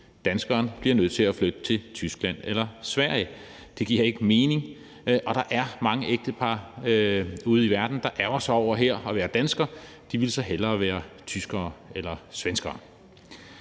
Danskeren bliver nødt til at flytte til Tyskland eller Sverige. Det giver ikke mening, og der er mange ægtepar ude i verden, der ærgrer sig over at være danskere; de vil hellere være tyskere eller svenskere.